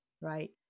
right